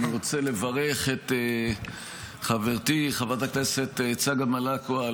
אני רוצה לברך את חברתי חברת הכנסת צגה מלקו על